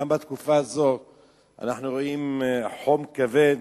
גם בתקופה הזו אנחנו רואים חום כבד.